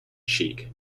cheek